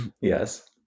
Yes